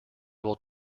will